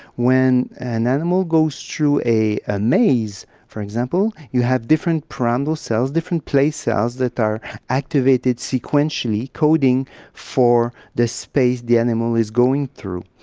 when an animal goes through a ah maze, for example, you have different pyramidal cells, different place cells that are activated sequentially, coding for the space the animal is going through.